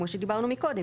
כמו שדיברנו מקודם,